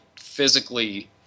physically